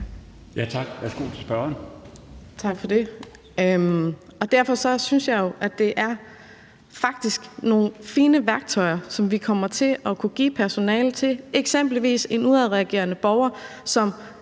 Sara Emil Baaring (S): Tak for det. Derfor synes jeg jo, at det faktisk er nogle fine værktøjer, som vi kommer til at kunne give personalet i forhold til eksempelvis en udadreagerende borger,